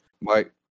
Mike